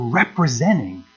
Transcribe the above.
representing